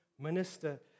minister